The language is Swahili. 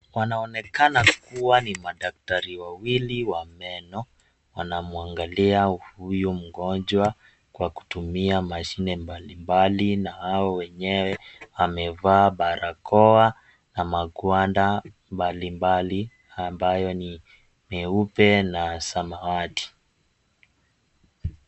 Wanaonekana kuwa ni madaktari wawili, wameno, wanamuangalia huyu mgonjwa kwa kutumia masine mbalimbali na hao wenye wamevaa barakoa na magwanda mbalimbali ambayo ni meupe na samawati.